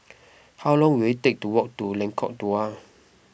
how long will it take to walk to Lengkong Dua